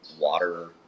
water